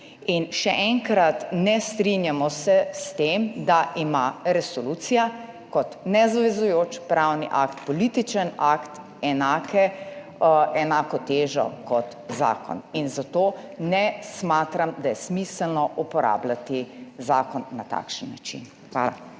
In še enkrat, ne strinjamo se s tem, da ima resolucija kot nezavezujoč pravni akt, političen akt enako težo kot zakon. In zato ne smatram, da je smiselno uporabljati zakon na takšen način. Hvala.